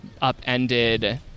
upended